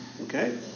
Okay